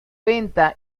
venta